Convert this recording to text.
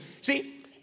See